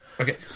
Okay